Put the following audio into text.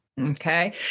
Okay